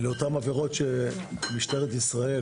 לאותן עבירות שמשטרת ישראל,